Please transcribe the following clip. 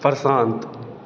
प्रशांत